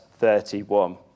31